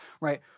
right